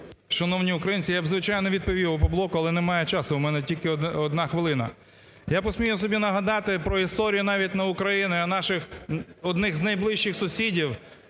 Шановні українці! Я б, звичайно, відповів "Опоблоку", але немає часу в мене тільки одна хвилина. Я посмію собі нагадати про історію навіть не України, а наших одних з найближчих сусідів